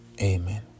Amen